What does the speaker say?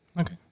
okay